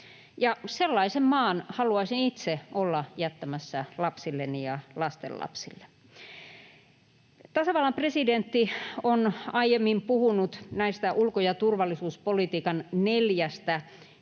Sellaisen maan haluaisin itse olla jättämässä lapsilleni ja lastenlapsilleni. Tasavallan presidentti on aiemmin puhunut ulko- ja turvallisuuspolitiikan neljästä